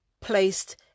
placed